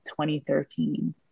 2013